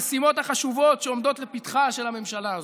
המשימות החשובות שעומדות לפתחה של הממשלה הזאת.